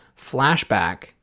Flashback